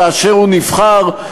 כאשר הוא נבחר,